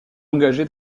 engagé